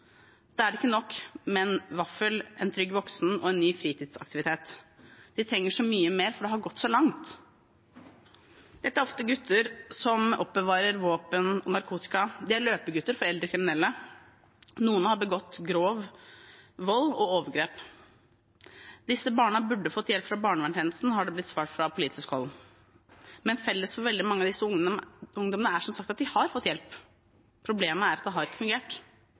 er fornøyd med livet sitt? Da er det ikke nok med en vaffel, en trygg voksen og en ny fritidsaktivitet. De trenger så mye mer, for det har gått så langt. Dette er ofte gutter som oppbevarer våpen og narkotika. De er løpegutter for eldre kriminelle. Noen har begått grov vold og overgrep. Disse barna burde fått hjelp fra barneverntjenesten, har det blitt svart fra politisk hold, men felles for veldig mange av disse ungdommene er som sagt at de har fått hjelp. Problemet er at det ikke har fungert.